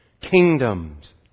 Kingdoms